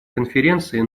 конференции